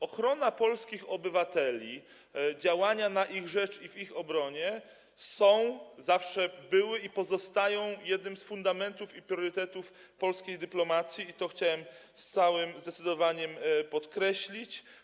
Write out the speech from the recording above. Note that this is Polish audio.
Ochrona polskich obywateli, działania na ich rzecz i w ich obronie są, zawsze były i pozostają jednym z fundamentów i priorytetów polskiej dyplomacji, co chciałbym z całym zdecydowaniem podkreślić.